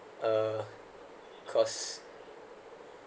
uh cause